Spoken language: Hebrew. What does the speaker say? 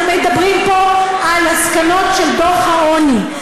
אנחנו מדברים פה על מסקנות של דוח הוועדה למלחמה בעוני,